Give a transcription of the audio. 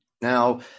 Now